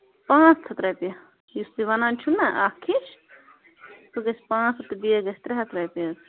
پانٛژھ ہَتھ رۄپیہِ یُس تُہۍ وَنان چھِو نا اکھ ہِش سُہ گژھِ پانٛژھ ہَتھ بیٚیہِ گژھِ ترٛےٚ ہَتھ رۄپیہِ حظ